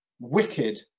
wicked